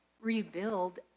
rebuild